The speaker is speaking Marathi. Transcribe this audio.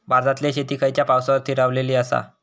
भारतातले शेती खयच्या पावसावर स्थिरावलेली आसा?